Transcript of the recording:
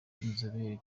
inzobe